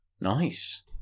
Nice